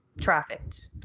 trafficked